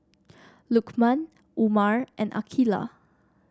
Lukman Umar and Aqeelah